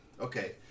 okay